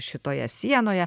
šitoje sienoje